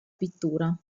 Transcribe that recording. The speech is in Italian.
pittura